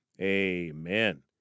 amen